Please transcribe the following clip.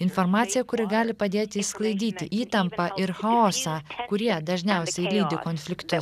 informacija kuri gali padėti išsklaidyti įtampą ir chaosą kurie dažniausiai lydi konflikte